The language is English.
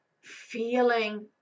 feeling